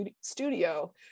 studio